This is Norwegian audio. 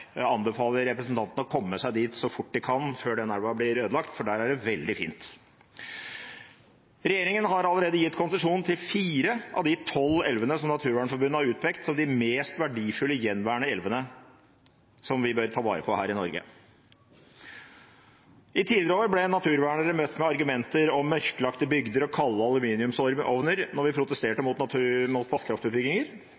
Jeg anbefaler representantene å komme seg dit så fort de kan før den elva blir ødelagt, for der er det veldig fint. Regjeringen har allerede gitt konsesjon til fire av de tolv elvene som Naturvernforbundet har utpekt som de mest verdifulle gjenværende elvene som vi bør ta vare på her i Norge. I tidligere år ble naturvernere møtt med argumenter om mørklagte bygder og kalde aluminiumsovner når vi protesterte mot